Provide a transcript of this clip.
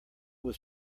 was